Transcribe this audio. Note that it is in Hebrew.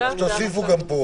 אז תוסיפו גם פה.